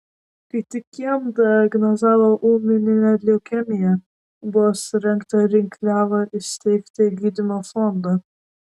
kai tik jam diagnozavo ūminę leukemiją buvo surengta rinkliava įsteigti gydymo fondą